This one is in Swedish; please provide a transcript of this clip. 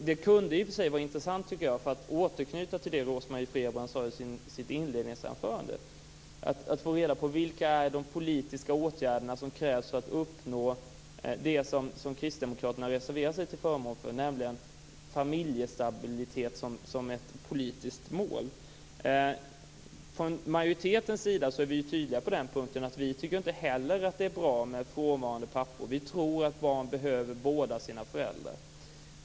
Jag tycker att det vore intressant, för att återknyta till det som Rose-Marie Frebran sade i sitt inledningsanförande, att få reda på vilka politiska åtgärder som krävs för att uppnå det som kristdemokraterna reserverat sig till förmån för, nämligen familjestabilitet som ett politiskt mål. Från majoritetens sida är vi tydliga på den punkten. Inte heller vi tycker att det är bra med frånvarande pappor. Vi tror att barn behöver båda sina föräldrar.